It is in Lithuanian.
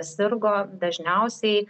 sirgo dažniausiai